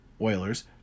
Oilers